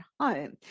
home